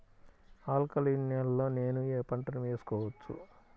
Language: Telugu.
ఆల్కలీన్ నేలలో నేనూ ఏ పంటను వేసుకోవచ్చు?